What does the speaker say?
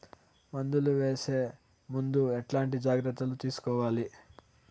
మందులు వేసే ముందు ఎట్లాంటి జాగ్రత్తలు తీసుకోవాలి?